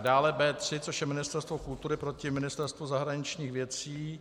Dále B3, což je Ministerstvo kultury proti Ministerstvu zahraničních věcí.